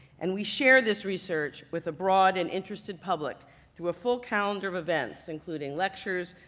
and we share this research with a broad and interested public through a full calendar of events, including lectures,